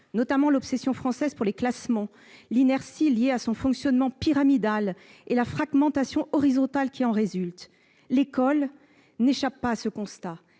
notamment l'obsession française pour les classements, l'inertie liée à son fonctionnement pyramidal et la fragmentation horizontale qui en résulte. L'école n'échappe pas à ce constat.